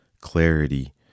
clarity